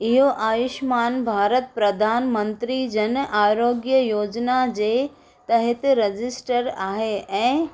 इहो आयुष्मान भारत प्रधानमंत्री जन आरोग्य योजना जे तहति रजिस्टर आहे ऐं